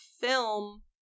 film